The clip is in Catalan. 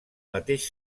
mateix